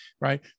right